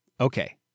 Okay